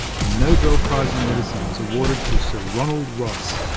the nobel prize in medicine was awarded to sir ronald ross,